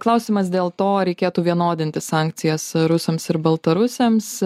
klausimas dėl to reikėtų vienodinti sankcijas rusams ir baltarusiams